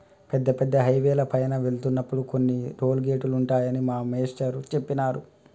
పెద్ద పెద్ద హైవేల పైన వెళ్తున్నప్పుడు కొన్ని టోలు గేటులుంటాయని మా మేష్టారు జెప్పినారు